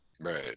Right